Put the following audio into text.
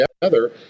together